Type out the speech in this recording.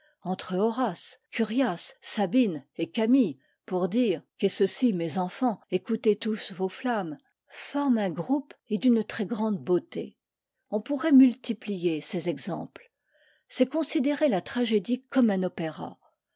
entre horace curiace sabine et camille pour dire qu'est ceci mes enfants écoutez tous vos flammes forme un groupe et d'une très grande beauté on pourrait multiplier ces exemples c'est considérer la tragédie comme un opéra